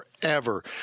forever